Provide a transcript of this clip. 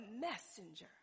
messenger